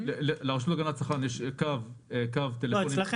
לרשות להגנת הצרכן יש קו טלפון להגשת תלונות.